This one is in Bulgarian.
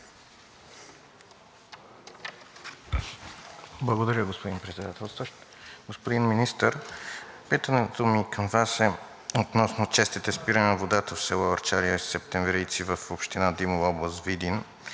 Благодаря, господин Председател. Господин Министър, питането ми към Вас е относно честите спирания на водата в село Арчар и село Септемврийци в община Димово, област Видин.